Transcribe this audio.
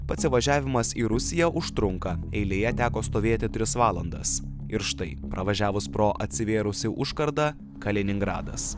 pats įvažiavimas į rusiją užtrunka eilėje teko stovėti tris valandas ir štai pravažiavus pro atsivėrusią užkardą kaliningradas